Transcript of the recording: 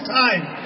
time